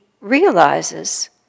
realizes